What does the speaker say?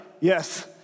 yes